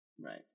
right